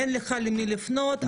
אין לך למי לפנות,